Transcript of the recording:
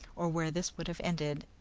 or where this would have ended,